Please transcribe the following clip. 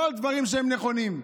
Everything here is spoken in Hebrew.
לא על דברים שהם נכונים.